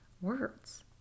words